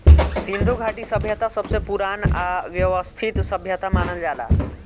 सिन्धु घाटी सभ्यता सबसे पुरान आ वयवस्थित सभ्यता मानल जाला